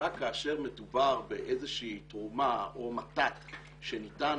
ורק כאשר מדובר באיזה שהיא תרומה או מתת שניתן